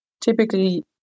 typically